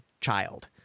child